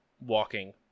walking